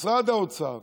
משרד האוצר,